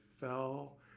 fell